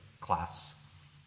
class